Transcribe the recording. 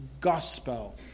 gospel